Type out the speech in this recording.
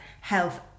health